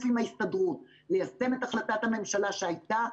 עם ההסתדרות ליישם את החלטת הממשלה שהייתה,